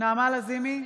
נעמה לזימי,